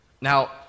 Now